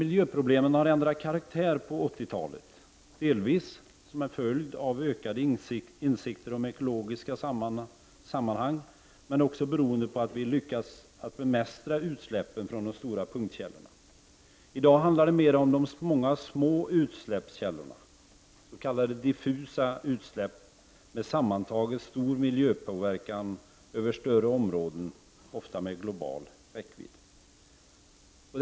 Miljöproblemen har emellertid ändrat karaktär under 80-talet, delvis som en följd av ökad insikt om ekologiska sammanhang, men också beroende på att vi lyckats att bemästra utsläppen från de stora punktkällorna. I dag handlar det mer om de många små utsläppskällorna, s.k. diffusa utsläpp, med sammantaget stor miljöpåverkan över större områden och ofta med global räckvidd.